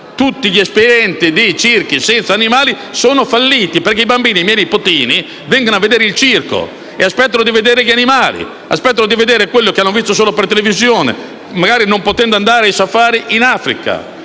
Tutti gli esperimenti di circhi senza animali sono falliti, perché i bambini, come i miei nipotini, che vanno a vedere il circo, aspettano di vedere gli animali, ovvero quello che hanno visto solo in televisione, non potendo magari andare ai safari in Africa.